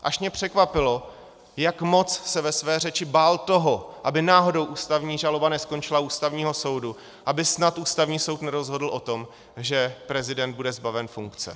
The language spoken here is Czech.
Až mě překvapilo, jak moc se ve své řeči bál toho, aby náhodou ústavní žaloba neskončila u Ústavního soudu, aby snad Ústavní soud nerozhodl o tom, že prezident bude zbaven funkce.